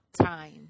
time